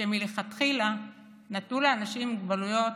שמלכתחילה נתנו לאנשים עם מוגבלויות,